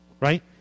right